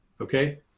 Okay